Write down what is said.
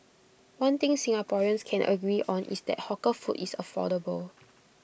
one thing Singaporeans can agree on is that hawker food is affordable